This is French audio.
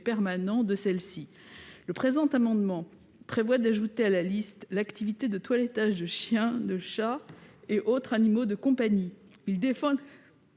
permanent de celles-ci. Le présent amendement vise à ajouter à ladite liste l'activité de toilettage des chiens, chats et autres animaux de compagnie. Et des